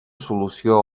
solució